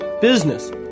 business